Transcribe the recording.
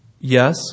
Yes